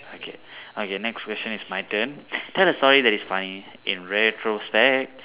okay okay next question is my turn tell a story that is funny in retrospect